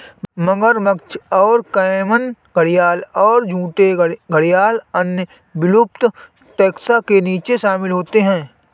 मगरमच्छ और कैमन घड़ियाल और झूठे घड़ियाल अन्य विलुप्त टैक्सा के बीच शामिल होते हैं